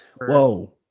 Whoa